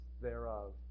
thereof